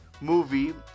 movie